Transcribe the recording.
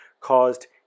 caused